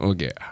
Okay